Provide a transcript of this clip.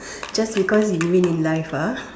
just because you win in life ah